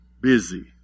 busy